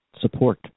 support